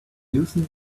loosened